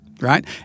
right